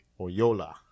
Oyola